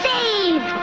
Save